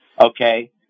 Okay